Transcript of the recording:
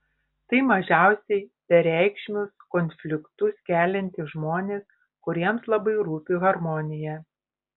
tai mažiausiai bereikšmius konfliktus keliantys žmonės kuriems labai rūpi harmonija